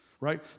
right